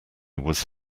was